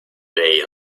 day